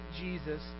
Jesus